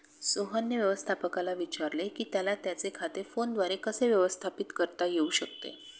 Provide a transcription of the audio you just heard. सोहनने व्यवस्थापकाला विचारले की त्याला त्याचे खाते फोनद्वारे कसे व्यवस्थापित करता येऊ शकते